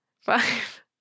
Five